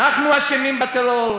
אנחנו אשמים בטרור,